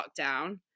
lockdown